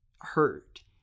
hurt